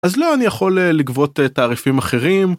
אז לא, אני יכול לגבות תעריפים אחרים.